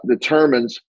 determines